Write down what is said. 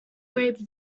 grape